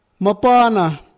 Mapana